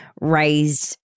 raised